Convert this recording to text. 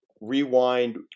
rewind